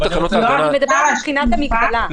אני מדברת מבחינת המגבלה.